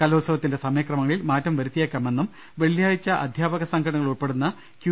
കലോത്സവത്തിന്റെ സമയക്രമങ്ങളിൽ മാറ്റം വരുത്തിയേക്കാമെന്നും വെള്ളിയാഴ്ച അധ്യാപക സംഘടനകൾ ഉൾപ്പെടുന്ന ക്യു